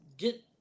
get